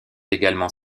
également